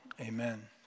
Amen